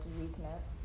weakness